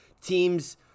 teams